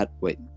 Wait